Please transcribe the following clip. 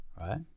right